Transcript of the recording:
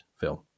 film